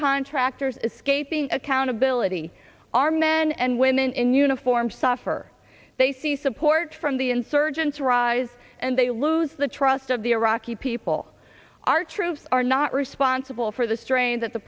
contractors escaping accountability our men and women in uniform suffer they see support from the insurgents rise and they lose the trust of the iraqi people our troops are not responsible for the strain that the